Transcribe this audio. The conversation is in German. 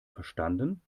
verstanden